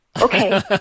okay